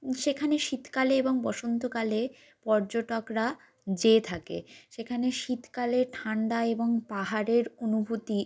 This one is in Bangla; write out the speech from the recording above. সেখানে শীতকালে এবং বসন্তকালে পর্যটকরা যেয়ে থাকে সেখানে শীতকালে ঠান্ডা এবং পাহাড়ের অনুভূতি